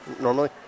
normally